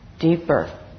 deeper